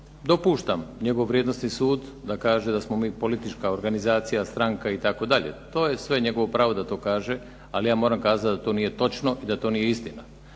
Dopuštam njegov vrijednosni sud da kaže da smo mi politička organizacija, stranka, itd. To je sve njegovo pravo da to kaže, ali ja moram kazati da to nije točno i da to nije istina.